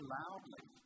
loudly